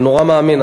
אני נורא מאמין.